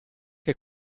che